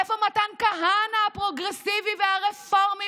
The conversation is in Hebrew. איפה מתן כהנא הפרוגרסיבי והרפורמי